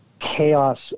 chaos